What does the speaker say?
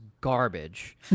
garbage